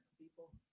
people